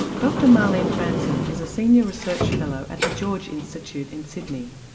dr marlene fransen is a senior research fellow at the george institute in sydney.